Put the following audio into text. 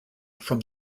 from